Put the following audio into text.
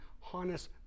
harness